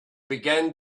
began